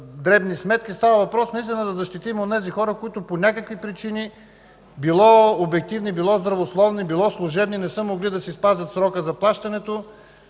дребни сметки, а става въпрос да защитим онези хора, които по някакви причини – било обективни, било здравословни, било служебни, не са могли да спазят срока за плащането,